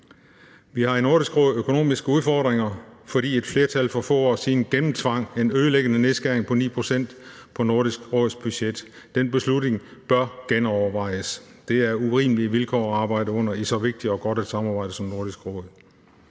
Vi har i Nordisk Råd økonomiske udfordringer, fordi et flertal for få år siden gennemtvang en ødelæggende nedskæring på 9 pct. af Nordisk Råds budget. Den beslutning bør genovervejes. Det er urimelige vilkår at arbejde under i så vigtigt og godt et samarbejde som Nordisk Råd.